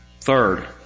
Third